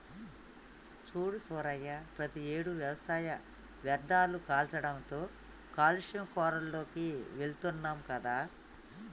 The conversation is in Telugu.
సూడు రంగయ్య ప్రతియేడు వ్యవసాయ వ్యర్ధాలు కాల్చడంతో కాలుష్య కోరాల్లోకి వెళుతున్నాం కదా